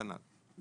כנ"ל.